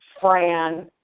Fran